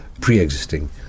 pre-existing